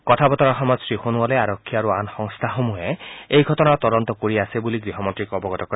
কথা বতৰাৰ সময়ত শ্ৰীসোণোৱালে আৰক্ষী আৰু আন সংস্থাসমূহে এই ঘটনাৰ তদন্ত কৰি আছে বুলি গৃহমন্ত্ৰীক অৱগত কৰে